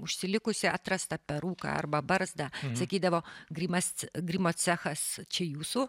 užsilikusį atrastą peruką arba barzdą sakydavo grimas grimo cechas čia jūsų